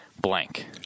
blank